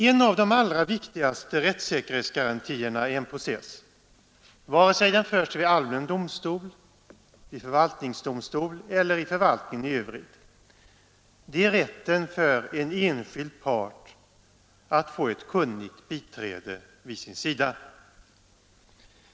En av de allra viktigaste rättssäkerhetsgarantierna i en process, vare sig den förs vid allmän domstol, vid förvaltningsdomstol eller i förvaltningen i Övrigt, är rätten för en enskild part att få ett kunnigt biträde vid sin sida.